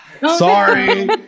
Sorry